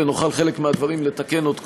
ונוכל חלק מהדברים לתקן עוד קודם,